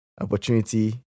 opportunity